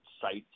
sites